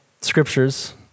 scriptures